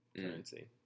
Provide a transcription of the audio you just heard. currency